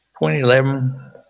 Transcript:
2011